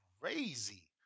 crazy